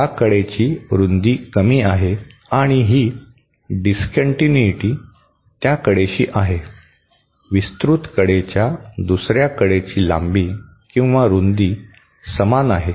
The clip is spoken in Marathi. या कडेची रुंदी कमी आहे आणि ही डीसकंटिन्यूटी त्या कडेशी आहे विस्तृत कडेच्या दुसर्या कडेची लांबी किंवा रुंदी समान आहे